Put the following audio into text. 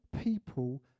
people